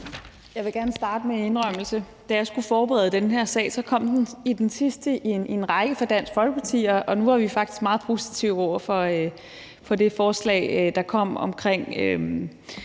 Jeg vil gerne starte med en indrømmelse. Da jeg skulle forberede den her sag, kom den som den sidste i en række fra Dansk Folkeparti, og nu var vi faktisk meget positive over for det forslag, der kom om